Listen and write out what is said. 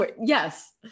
yes